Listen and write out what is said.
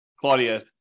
Claudia